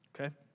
Okay